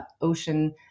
ocean